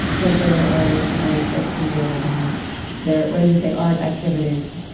that there are works of art that convey that, and there are what did you say art activities.